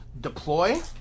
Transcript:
deploy